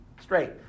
straight